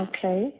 Okay